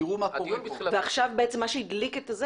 תראו מה קורה פה --- ועכשיו בעצם מה שהדליק את זה,